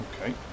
Okay